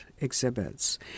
exhibits